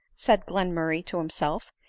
said glenmurray to himself.